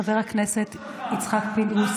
חבר הכנסת יצחק פינדרוס,